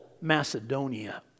Macedonia